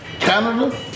Canada